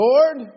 Lord